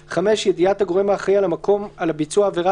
(5) ידיעת הגורם האחראי על המקום על ביצוע עבירה